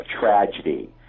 tragedy